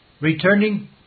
Returning